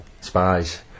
Spies